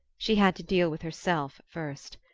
she had to deal with herself first.